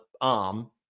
arm